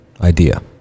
Idea